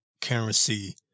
currency